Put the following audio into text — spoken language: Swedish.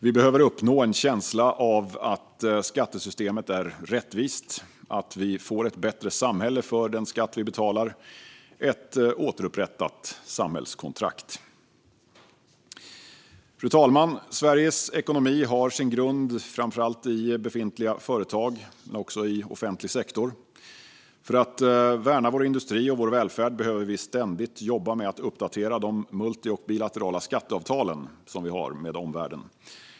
Vi behöver uppnå en känsla av att skattesystemet är rättvist, att vi får ett bättre samhälle för den skatt vi betalar - ett återupprättat samhällskontrakt. Fru talman! Sveriges ekonomi har sin grund framför allt i befintliga företag men också i offentlig sektor. För att värna vår industri och vår välfärd behöver vi ständigt jobba med att uppdatera de multi och bilaterala skatteavtal vi har med omvärlden.